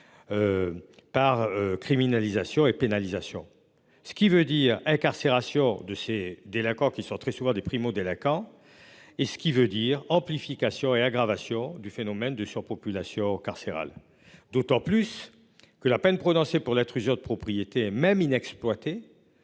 Par criminalisation et pénalisation. Ce qui veut dire incarcération de ces délinquants qui sont très souvent des primo-délinquants. Et ce qui veut dire amplification et l'aggravation du phénomène de surpopulation carcérale d'autant plus que la peine prononcée pour la structure de propriété même inexploité.